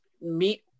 meet